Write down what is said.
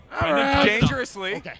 dangerously